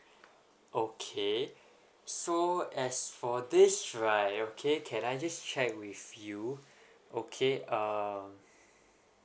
okay so as for this right okay can I just check with you okay uh